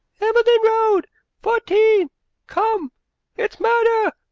hambledon road fourteen come it's murder!